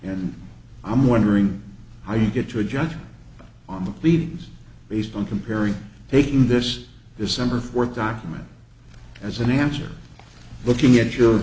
and i'm wondering how you get to a judgment on the pleadings based on comparing taking this december fourth document as an answer looking at you